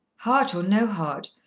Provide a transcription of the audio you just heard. heart or no heart,